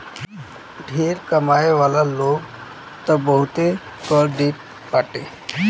ढेर कमाए वाला लोग तअ बहुते कर देत बाटे